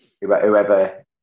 whoever